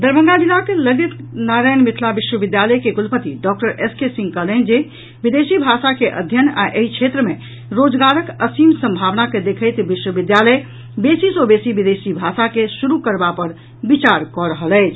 दरभंगा जिलाक ललित नारायण मिथिला विश्वविद्यालय के कुलपति डॉक्टर एस के सिंह कहलनि जे विदेशी भाषा के अध्ययन आ एहि क्षेत्र मे रोजगारक असीम संभावना के देखैत विश्वविद्यालय बेसी सॅ बेसी विदेशी भाषा के पढ़ाई शुरू करबा पर विचार कऽ रहल अछि